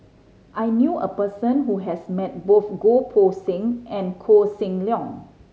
I knew a person who has met both Goh Poh Seng and Koh Seng Leong